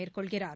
மேற்கொள்கிறார்